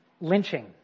lynching